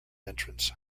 entrance